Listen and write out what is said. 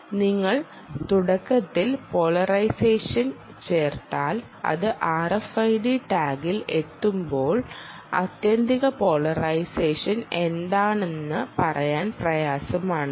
നിങ്ങൾ തുടക്കത്തിൽ പോളറൈസേഷൻ ചേർത്താൽ അത് RFID ടാഗിൽ എത്തുമ്പോൾ ആത്യന്തിക പോളറൈസേഷൻ എന്താണെന്ന് പറയാൻ പ്രയാസമാണ്